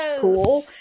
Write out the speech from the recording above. cool